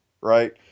right